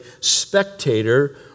spectator